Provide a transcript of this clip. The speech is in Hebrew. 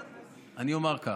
אני אומר כך: